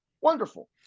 Wonderful